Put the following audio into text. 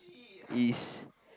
is